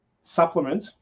supplement